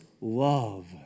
love